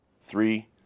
three